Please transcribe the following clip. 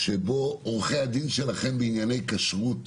שבו עורכי הדין שלכם בענייני כשרות